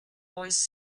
boys